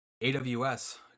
AWS